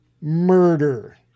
murder